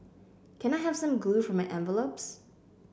can I have some glue for my envelopes